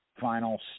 final